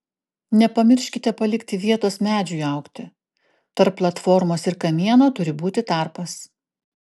nepamirškite palikti vietos medžiui augti tarp platformos ir kamieno turi būti tarpas